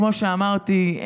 כמו שאמרתי,